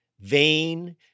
vain